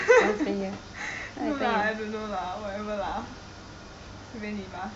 no lah I don't know lah whatever lah 随便你吧